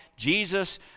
Jesus